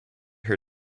her